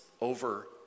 over